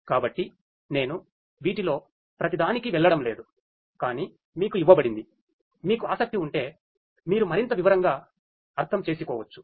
కాబట్టి నేను వీటిలో ప్రతిదానికీ వెళ్ళడం లేదు కానీ మీకు ఇవ్వబడింది మీకు ఆసక్తి ఉంటే మీరు మరింత వివరంగా అర్థం చేసుకోవచ్చు